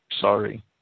Sorry